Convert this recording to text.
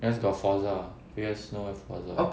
cause got Forza P_S no Forza